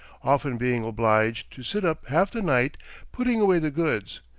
often being obliged to sit up half the night putting away the goods,